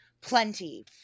plenty